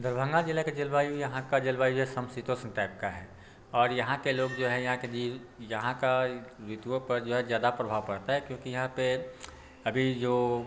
दरभंगा ज़िला के जलवायु यहाँ का जलवायु जो है समशीतोष्ण टाइप का है और यहाँ के लोग जो हैं यहाँ के जि यहाँ का ऋतुओं पर जो है ज़्यादा प्रभाव पड़ता है क्योंकि यहाँ पर अभी जो